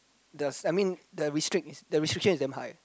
the I mean the restrict the restriction is damn high